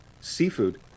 Seafood